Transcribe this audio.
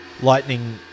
Lightning